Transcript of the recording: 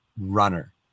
runner